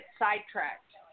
sidetracked